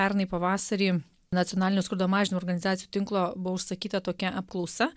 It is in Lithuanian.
pernai pavasarį nacionalinio skurdo mažinimo organizacijų tinklo buvo užsakyta tokia apklausa